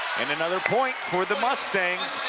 and another point for the mustangs.